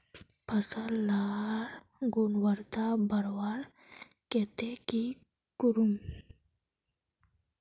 फसल लार गुणवत्ता बढ़वार केते की करूम?